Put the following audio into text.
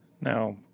now